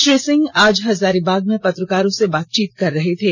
श्री सिंह आज हजारीबाग में पत्रकारों से बातचीत कर रहे थे